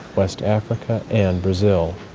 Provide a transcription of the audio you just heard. west africa, and brazil.